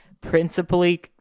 principally